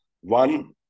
One